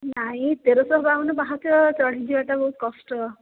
ନାଇଁ ତେରଶହ ବାବନ ପାହାଚ ଚଢ଼ିକି ଯିବାଟା ବହୁତ କଷ୍ଟ